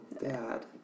dad